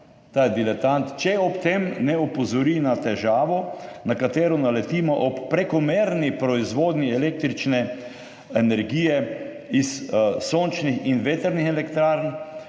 je diletant, če ob tem ne opozori na težavo, na katero naletimo ob prekomerni proizvodnji električne energije iz sončnih in vetrnih elektrarn.